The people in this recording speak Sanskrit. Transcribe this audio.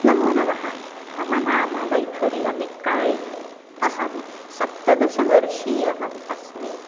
नमो नमः मम नाम वैखरी अमित्काळे अहं सप्तदशवर्षीयः अस्मि